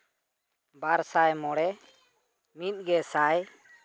ᱵᱟᱨ ᱥᱟᱭ ᱢᱚᱬᱮ ᱢᱤᱫ ᱜᱮᱥᱟᱭ